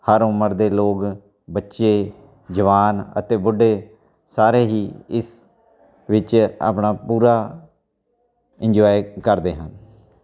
ਹਰ ਉਮਰ ਦੇ ਲੋਕ ਬੱਚੇ ਜਵਾਨ ਅਤੇ ਬੁੱਢੇ ਸਾਰੇ ਹੀ ਇਸ ਵਿੱਚ ਆਪਣਾ ਪੂਰਾ ਇੰਜੋਏ ਕਰਦੇ ਹਨ